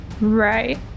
Right